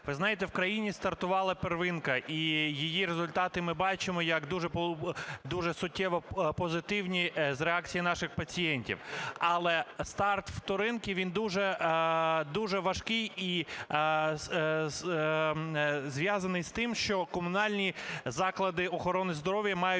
Ви знаєте, в країні стартувала "первинка", і її результати ми бачимо як дуже суттєво позитивні, з реакції наших пацієнтів. Але старт "вторинки", він дуже-дуже важкий і зв'язаний з тим, що комунальні заклади охорони здоров'я мають